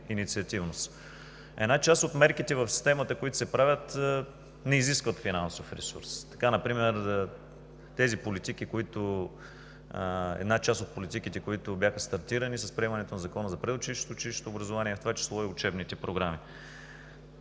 Една част от мерките в системата, които се правят, не изискват финансов ресурс – например част от политиките, които бяха стартирани с приемането на Закона за предучилищното и училищното образование, в това число и новите учебни програми.